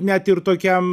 net ir tokiam